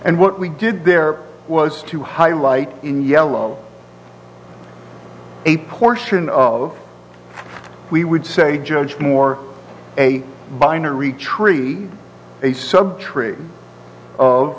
and what we did there was to highlight in yellow a portion of we would say judged more a binary tree a sub tree o